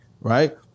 Right